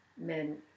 men